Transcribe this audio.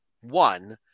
one